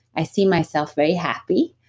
i see myself very happy.